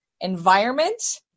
environment